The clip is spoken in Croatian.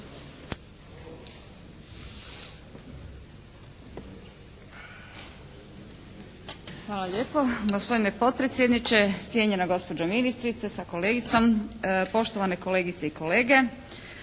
Hvala lijepo gospodine potpredsjedniče, cijenjena gospođo ministrice sa kolegicom, poštovane kolegice i kolege!